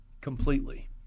completely